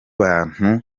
bantu